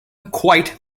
quite